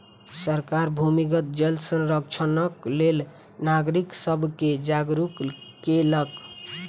सरकार भूमिगत जल संरक्षणक लेल नागरिक सब के जागरूक केलक